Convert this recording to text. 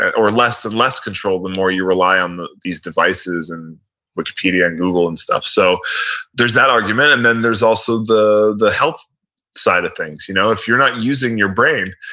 or less and less control the more you rely on these devices, and wikipedia, and google and stuff. so there's that argument then there's also the the health side of things. you know if you're not using your brain,